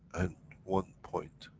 and one point,